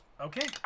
Okay